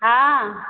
हँ